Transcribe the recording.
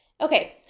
Okay